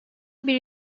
bir